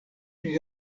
pri